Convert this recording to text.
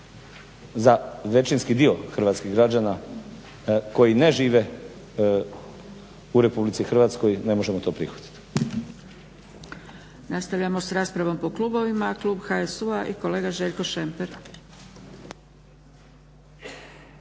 za većinski dio hrvatskih građana koji ne žive u RH ne možemo to prihvatiti.